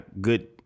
good